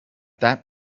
that